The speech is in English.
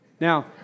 Now